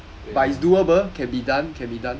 对啦